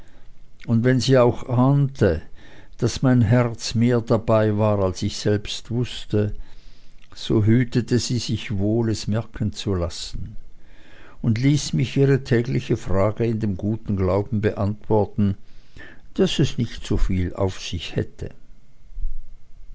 und wenn sie auch ahnte daß mein herz mehr dabei war als ich selbst wußte so hütete sie sich wohl es merken zu lassen und ließ mich ihre tägliche frage in dem guten glauben beantworten daß es nicht so viel auf sich hätte